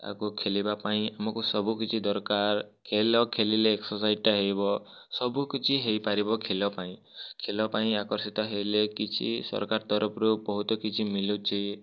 ଆକୁ ଖେଲିବାପାଇଁ ଆମକୁ ସବୁକିଛି ଦରକାର ଖେଲ ଖେଲିଲେ ଏକ୍ସସାଇଜ୍ଟା ହେବ ସବୁ କିଛି ହୋଇପାରିବ ଖେଲ ପାଇଁ ଖେଲ ପାଇଁ ଆକର୍ଷିତ ହେଲେ କିଛି ସରକାର ତରଫରୁ ବହୁତ କିଛି ମିଲୁଛି